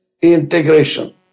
Integration